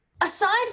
Aside